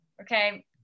okay